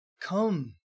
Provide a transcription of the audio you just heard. come